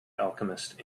alchemist